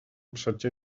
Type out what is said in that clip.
przecie